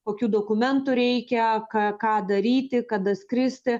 kokių dokumentų reikia ką ką daryti kada skristi